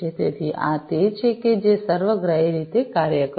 તેથી આ તે છે કે જે સર્વગ્રાહી રીતે કાર્ય કરશે